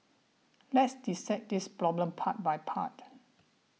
let's dissect this problem part by part